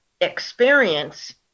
experience